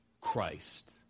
Christ